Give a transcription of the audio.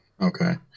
okay